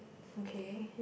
okay